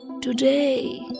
today